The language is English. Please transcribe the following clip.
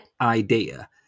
idea